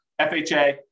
FHA